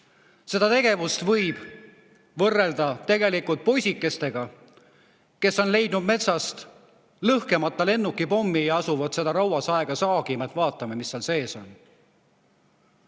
Seda tegevust võib võrrelda poisikeste tegevusega, kes on leidnud metsast lõhkemata lennukipommi ja asuvad seda rauasaega saagima, et vaadata, mis seal sees on.